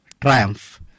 triumph